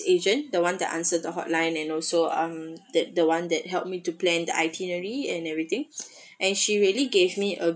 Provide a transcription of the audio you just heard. agent the one that answer the hotline and also um that the one that helped me to plan the itinerary and everything and she really gave me a